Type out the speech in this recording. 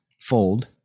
fold